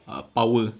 err power